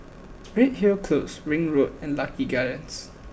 Redhill Close Ring Road and Lucky Gardens